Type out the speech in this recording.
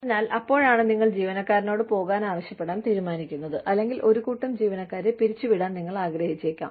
അതിനാൽ അപ്പോഴാണ് നിങ്ങൾ ജീവനക്കാരനോട് പോകാൻ ആവശ്യപ്പെടാൻ തീരുമാനിക്കുന്നത് അല്ലെങ്കിൽ ഒരു കൂട്ടം ജീവനക്കാരെ പിരിച്ചുവിടാൻ നിങ്ങൾ ആഗ്രഹിച്ചേക്കാം